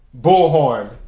Bullhorn